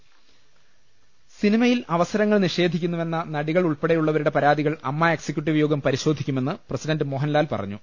അട്ട്ട്ട്ട്ട്ട്ട്ട്ട സിനിമയിൽ അവസരങ്ങൾ നിഷേധിക്കുന്നുവെന്ന നടികൾ ഉൾപ്പെടെ യുള്ളവരുടെ പരാതികൾ അമ്മ എക്സിക്യൂട്ടീവ് യോഗം പരിശോധിക്കു മെന്ന് പ്രസിഡന്റ് മോഹൻലാൽ പറഞ്ഞു